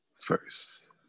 first